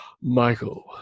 Michael